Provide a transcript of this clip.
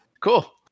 Cool